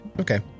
Okay